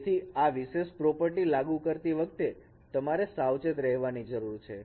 તેથી આ વિશેષ પ્રોપર્ટી લાગુ કરતી વખતે તમારે સાવચેત રહેવાની જરૂર છે